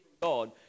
God